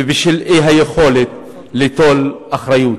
ובשל אי-היכולת ליטול אחריות.